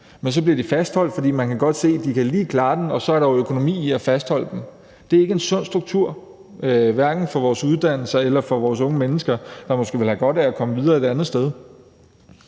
men så bliver de fastholdt, fordi man godt kan se, at de lige kan klare den, og så er der jo økonomi i at fastholde dem. Det er ikke en sund struktur, hverken for vores uddannelser eller for vores unge mennesker, der måske ville have godt af at komme videre til et andet sted.